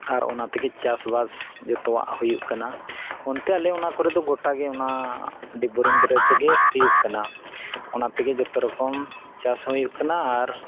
ᱟᱨ ᱚᱱᱟ ᱛᱮᱜᱮ ᱪᱟᱥ ᱵᱟᱥ ᱟᱵᱚᱣᱟᱜ ᱦᱩᱭᱩᱜ ᱠᱟᱱᱟ ᱚᱱᱛᱮ ᱚᱱᱟ ᱠᱚᱨᱮ ᱫᱚ ᱜᱳᱴᱟᱜᱮ ᱚᱱᱟ ᱰᱤᱯ ᱵᱳᱨᱤᱝ ᱫᱟᱨᱟᱭ ᱛᱮᱜᱮ ᱦᱩᱭᱩᱜ ᱠᱟᱱᱟ ᱚᱱᱟ ᱛᱮᱜᱮ ᱡᱚᱛᱚ ᱨᱚᱠᱚᱢ ᱪᱟᱥ ᱦᱚᱸ ᱦᱩᱭᱩᱜ ᱠᱟᱱᱟ ᱟᱨ